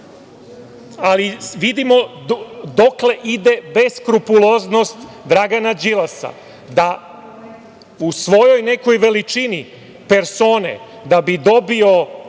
Ali, vidimo dokle ide beskrupuloznost Dragana Đilasa, da u svojoj nekoj veličini persone da bi dobio